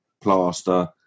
plaster